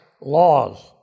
laws